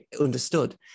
understood